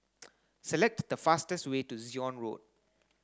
Select the fastest way to Zion Road